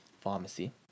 pharmacy